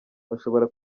bashobora